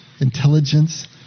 intelligence